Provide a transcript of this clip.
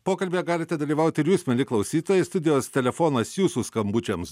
pokalbyje galite dalyvaut ir jūs mieli klausytojai studijos telefonas jūsų skambučiams